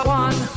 one